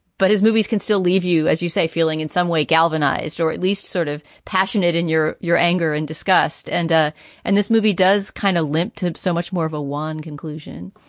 but his movies can still leave you, as you say, feeling in some way galvanized or at least sort of passionate in your your anger and disgust end and ah and this movie does kind of limp to so much more of a one conclusion,